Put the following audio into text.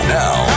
now